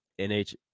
NH